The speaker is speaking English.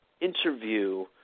interview